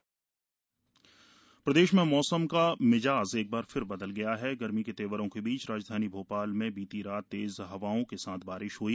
मौसम प्रदेश में मौसम का मिजाज एक बार फिर बदल गया है गर्मी के तेवरों के बीच राजधानी भोपाल बीती रात तेज हमाओं के साथ बारिश हई